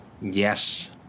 Yes